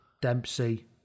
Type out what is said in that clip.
Dempsey